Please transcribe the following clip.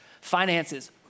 Finances